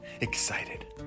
excited